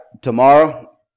Tomorrow